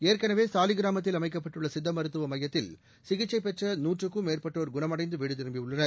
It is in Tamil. ஏற்கனவே சாலிக்கிராமத்தில் அமைக்கப்பட்டுள்ள சித்த மருத்துவ மையத்தில் சிகிச்சை பெற்ற நூற்றுக்கும் மேற்பட்டோர் குணமடைந்து வீடு திரும்பியுள்ளனர்